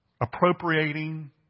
appropriating